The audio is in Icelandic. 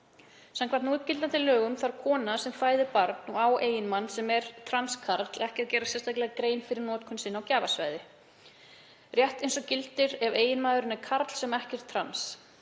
„Samkvæmt núgildandi lögum þarf kona sem fæðir barn og á eiginmann sem er trans karl ekki að gera sérstaklega grein fyrir notkun sinni á gjafasæði, rétt eins og gildir ef eiginmaðurinn er karl sem ekki er trans.